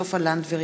סופה לנדבר,